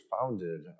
founded